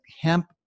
hemp